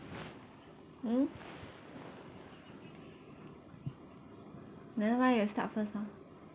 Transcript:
mm never mind you start first orh